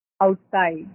outside